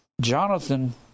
Jonathan